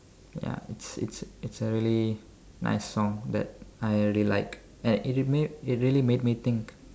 ya it's it's a really nice song that I really like and it it really made me think